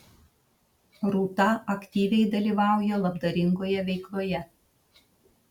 rūta aktyviai dalyvauja labdaringoje veikloje